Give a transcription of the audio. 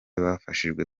bafashijwe